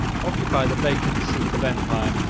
occupy the vacant seat of empire,